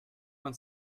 man